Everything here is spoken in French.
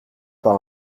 par